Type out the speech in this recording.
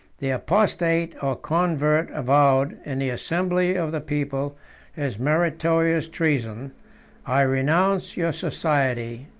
the apostate or convert avowed in the assembly of the people his meritorious treason i renounce your society,